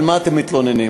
על מה אתם מתלוננים?